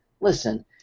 listen